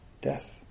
death